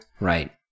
Right